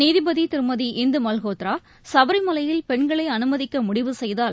நீதிபதி திருமதி இந்து மல்கோத்ரா சபரிமலையில் பெண்களை அனுமதிக்க முடிவு செய்தால்